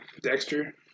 Dexter